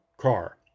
car